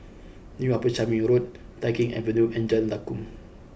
new Upper Changi Road Tai Keng Avenue and Jalan Lakum